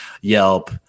Yelp